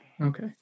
Okay